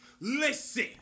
Listen